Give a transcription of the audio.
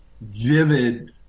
vivid